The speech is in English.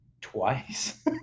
twice